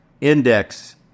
index